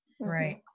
Right